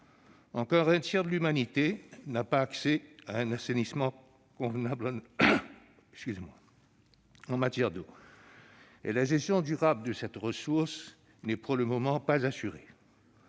Encore un tiers de l'humanité n'a pas accès à un assainissement convenable en matière d'eau, et la gestion durable de cette ressource n'est pour le moment pas assurée